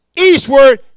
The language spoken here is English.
eastward